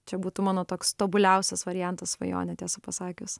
čia būtų mano toks tobuliausias variantas svajonė tiesą pasakius